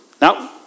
Now